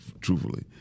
Truthfully